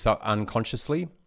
unconsciously